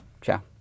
ciao